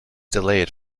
delayed